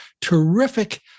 terrific